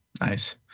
Nice